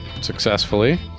successfully